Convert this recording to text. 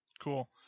cool